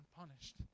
unpunished